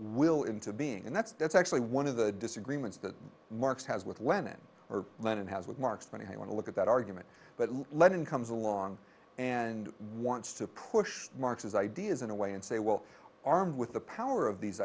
will into being and that's that's actually one of the disagreements that marx has with women or lenin has with marx when i want to look at that argument but lenin comes along and wants to push marx his ideas in a way and say well armed with the power of these